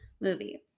movies